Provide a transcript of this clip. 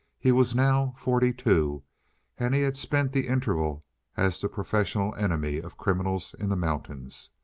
he was now forty-two and he had spent the interval as the professional enemy of criminals in the mountains.